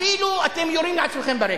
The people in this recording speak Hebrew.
אפילו אתם יורים לעצמכם ברגל.